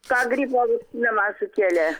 ką gripo vakcina man sukėlė